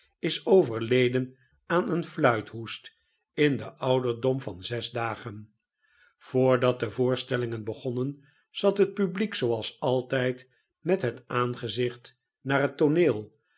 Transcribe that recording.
is overleden aan een fluithoest in den ouderdom van zes dagen voordat de voorstellingen begonnen zathet publiek zooals altijd met het aangezicht naar het tooneel